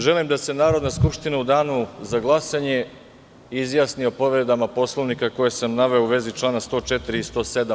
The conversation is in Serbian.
Želim da se Narodna skupština u danu za glasanje izjasni o povredama Poslovnika koje sam naveo u vezi člana 104. i 107.